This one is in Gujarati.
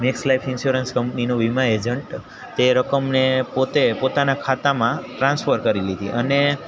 મેક્સ લાઈફ ઇનસોરન્સ કંપનીનો વીમા એજન્ટ તે રકમને પોતે પોતાના ખાતામાં ટ્રાન્સફર કરી લીધી અને